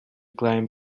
climb